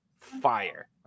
fire